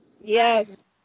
Yes